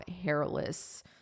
hairless